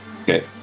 Okay